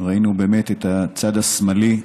ראינו את הצד השמאלי,